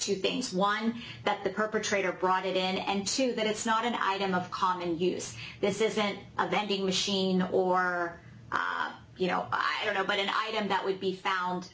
two things one that the perpetrator brought it in and two that it's not an item of common use this isn't a vending machine or you know i don't know but and i and that would be found